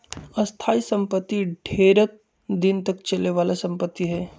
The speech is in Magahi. स्थाइ सम्पति ढेरेक दिन तक चले बला संपत्ति हइ